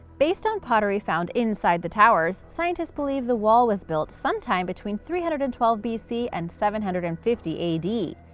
based on pottery found inside the towers, scientists believe the wall was built sometime between three hundred and twelve b c. and seven hundred and fifty a d.